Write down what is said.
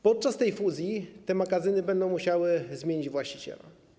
Podczas fuzji magazyny będą musiały zmienić właściciela.